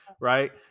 Right